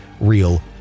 real